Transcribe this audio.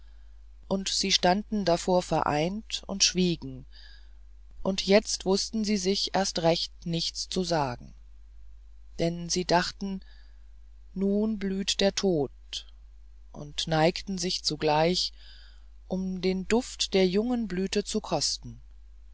und sie standen davor vereint und schweigend und jetzt wußten sie sich erst recht nichts zu sagen denn sie dachten nun blüht der tod und neigten sich zugleich um den duft der jungen blüte zu kosten